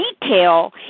detail